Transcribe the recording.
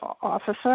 Officer